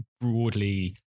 broadly